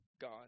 God